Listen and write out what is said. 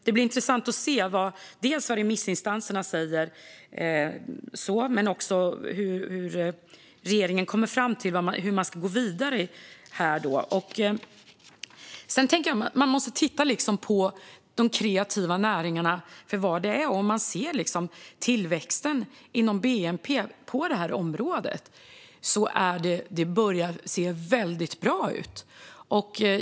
Det blir intressant att se vad remissinstanserna säger men också vad regeringen kommer fram till och hur den ska gå vidare. Man måste titta på de kreativa näringarna för vad de är. När man tittar på tillväxten i fråga om bnp på detta område börjar det se mycket bra ut.